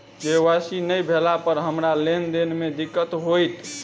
KYC नै भेला पर हमरा लेन देन मे दिक्कत होइत?